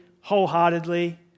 wholeheartedly